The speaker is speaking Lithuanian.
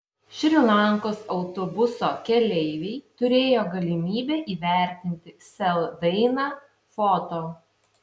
šri lankos autobuso keleiviai turėjo galimybę įvertinti sel dainą foto